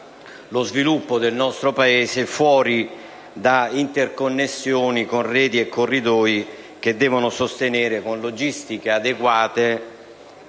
lo sviluppo del nostro Paese fuori da interconnessioni con reti e corridoi che devono sostenere, con logistiche adeguate,